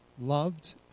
loved